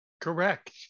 Correct